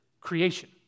creation